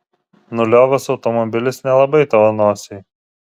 nuliovas automobilis nelabai tavo nosiai